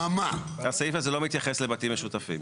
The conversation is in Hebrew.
הסעיף הזה לא מתייחס לבתים משותפים.